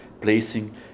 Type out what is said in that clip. placing